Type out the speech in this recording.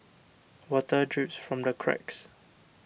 water drips from the cracks